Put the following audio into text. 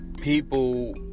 people